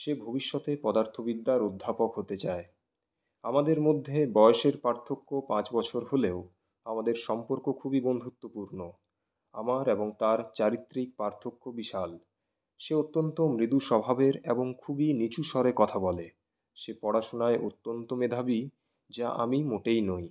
সে ভবিষ্যতে পদার্থ বিদ্যার অধ্যাপক হতে চায় আমাদের মধ্যে বয়সের পার্থক্য পাঁচ বছর হলেও আমাদের সম্পর্ক খুবই বন্ধুত্বপূর্ণ আমার এবং তাঁর চারিত্রিক পার্থক্য বিশাল সে অত্যন্ত মৃদু স্বভাবের এবং খুবই নিচু স্বরে কথা বলে সে পড়াশোনায় অত্যন্ত মেধাবী যা আমি মোটেই নই